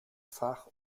fach